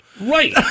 Right